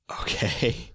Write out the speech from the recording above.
Okay